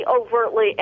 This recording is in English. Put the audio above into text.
overtly